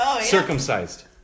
circumcised